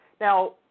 now